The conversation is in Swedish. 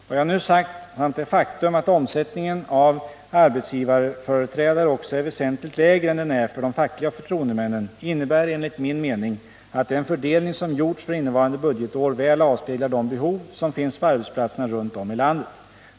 Vad jag nu sagt samt det faktum att omsättningen av arbetsgivareföreträdare också är väsentligt lägre än den är för de fackliga förtroendemännen innebär enligt min mening att den fördelning som gjorts för innevarande budgetår väl avspeglar de behov som finns på arbetsplatserna runt om i landet.